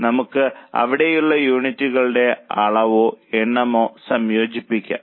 അതിനാൽ നമുക്ക് അവിടെയുള്ള യൂണിറ്റുകളുടെ അളവോ എണ്ണമോ സംയോജിപ്പിക്കാം